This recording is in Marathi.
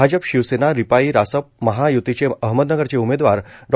भाजप शिवसेना रिपाई रासप महाय्तीचे अहमदनगरचे उमदेवार डॉ